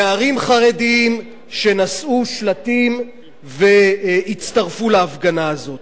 נערים חרדים שנשאו שלטים והצטרפו להפגנה הזאת.